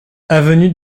avenue